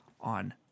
on